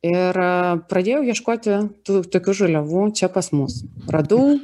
ir pradėjau ieškoti tų tokių žaliavų čia pas mus radau